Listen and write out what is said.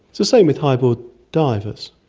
it's the same with high board divers.